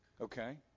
Okay